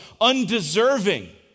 undeserving